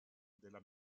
della